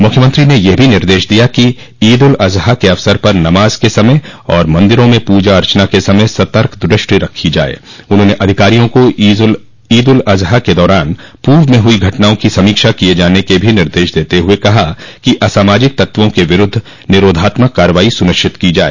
मुख्यमंत्री ने यह भी निर्देश दिया कि ईद उल अजहा के अवसर पर नमाज के समय व मन्दिरों में पूजा अर्चना के समय सतर्क दृष्टि रखी जाय उन्होंने अधिकारियो को ईद उल अजहा के दौरान पूर्व में हुई घटनाओं की समीक्षा किये जाने के भी निर्देश देते हुए कहा कि असामाजिक तत्वों के विरूद्व निरोधात्मक कार्यवाही सुनिश्चित की जाय